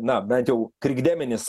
na bent jau krikdeminis